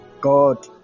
God